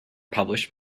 published